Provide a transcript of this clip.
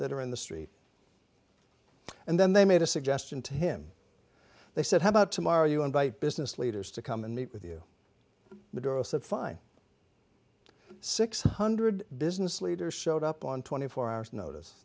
that are in the street and then they made a suggestion to him they said how about tomorrow you invite business leaders to come and meet with you fine six hundred business leaders showed up on twenty four hours notice